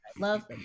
love